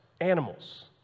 animals